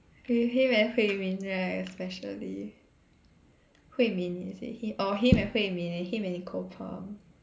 eh him and Hui Min right especially Hui Min is it him or him and Hui Min and him and Nicole